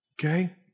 Okay